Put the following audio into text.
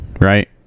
right